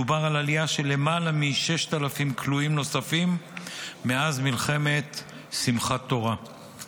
מדובר על עלייה של יותר מ-6,000 כלואים נוספים מאז מלחמת שמחת תורה,